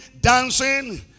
dancing